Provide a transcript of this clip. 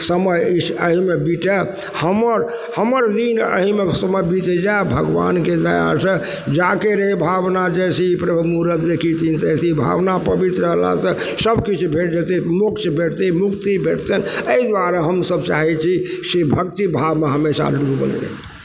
समय अछि अइमे बीतय हमर हमर दिन अइमे समय बीत जाइ भगवानके दयासँ जाके रहय भावना जैसी प्रभु मूरत देखी तिन तैसी भावना पवित्र रहलासँ सबकिछु भेट जेतय मोक्ष भेटतय मुक्ति भेटतनि अइ दुआरे हमसब चाहय छी से भक्ति भावमे हमेशा डूबल रही